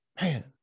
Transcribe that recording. man